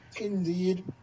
Indeed